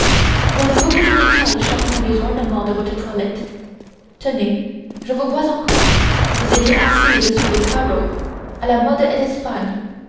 voulez-vous que je détaille chacun des ornements de votre toilette tenez je vous vois encore vous étiez assise sur des carreaux à la mode d'espagne